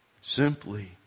Simply